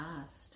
asked